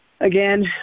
again